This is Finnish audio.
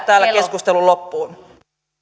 täällä keskustelun loppuun